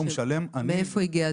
לא מגיעים